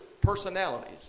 personalities